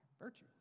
Virtue